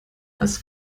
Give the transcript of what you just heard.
als